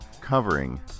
covering